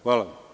Hvala.